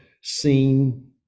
seen